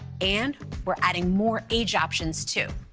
and we're adding more age options too.